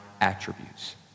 attributes